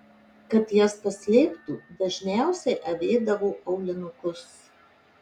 kad jas paslėptų dažniausiai avėdavo aulinukus